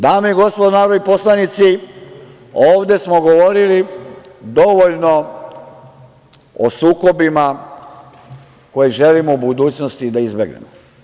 Dame i gospodo narodni poslanici, ovde smo govorili dovoljno o sukobima koje želimo u budućnosti da izbegnemo.